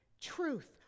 truth